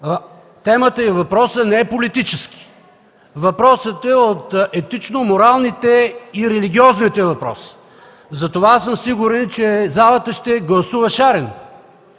Темата и въпросът не е политически. Въпросът е от етично-моралните и религиозните въпроси. Затова съм сигурен, че залата ще гласува шарено.